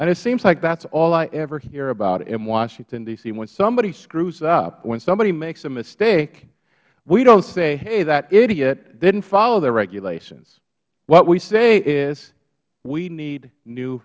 it seems like that's all i ever hear about in washington d c when somebody screws up when somebody makes a mistake we don't say hey that idiot didn't follow the regulations what we say is we need new